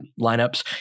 lineups